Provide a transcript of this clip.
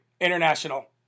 International